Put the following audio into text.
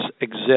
exist